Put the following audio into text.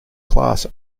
class